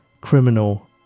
criminal